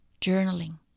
Journaling